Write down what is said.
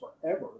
forever